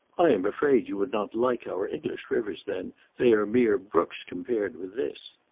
i am afraid you would not like our english rivers then they are mere brooks compared with this.